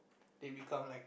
they become like